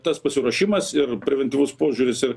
tas pasiruošimas ir preventyvus požiūris ir